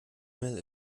mail